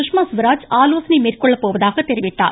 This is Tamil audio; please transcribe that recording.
சுஷ்மா சுவராஜ் ஆலோசனை மேற்கொள்ளப் போவதாக தெரிவித்துள்ளார்